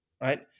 right